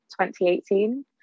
2018